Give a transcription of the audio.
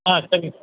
ஆ சரிங்க சார்